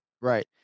Right